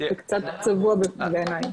קצת צבוע בעיני.